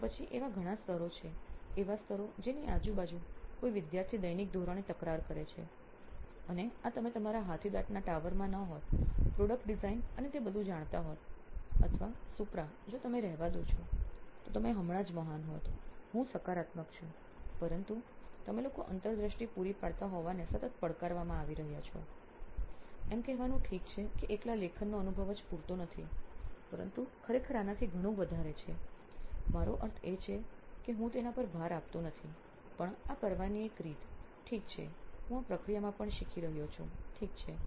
તો પછી એવા ઘણા સ્તરો છે એવા સ્તરો જેની આજુબાજુ કોઈ વિદ્યાર્થી દૈનિક ધોરણે તકરાર કરે છે અને આ તમે તમારા હાથીદાંતના ટાવરમાં ન હોત પ્રોડક્ટ ડિઝાઇન અને તે બધુ જાણતા હોત અથવા સુપ્રા જો તમે રહેવા દો છો તો તમે હમણાં જ મહાન હોત હું સકારાત્મક છું પરંતુ તમે લોકો અંતરદૃષ્ટિ પૂરા પાડતા હોવાને સતત પડકારવામાં આવી રહ્યા છે એમ કહેવાનું ઠીક છે કે એકલા લેખનનો અનુભવ જ પૂરતો નથી પરંતુ ખરેખર આનાથી ઘણું વધારે છે મારો અર્થ એ છે કે હું તેના પર ભાર આપતો નથી પણ આ કરવાની એક રીત ઠીક છે હું આ પ્રક્રિયામાં પણ શીખી રહ્યો છું ઠીક છે